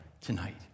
tonight